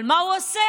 אבל מה הוא עושה?